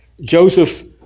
Joseph